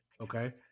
Okay